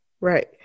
right